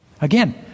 Again